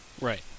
right